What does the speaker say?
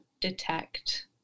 detect